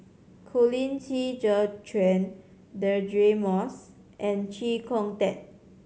Colin Qi Zhe Quan Deirdre Moss and Chee Kong Tet